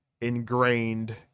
ingrained